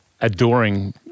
adoring